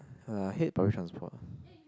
err I hate public transport